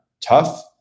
tough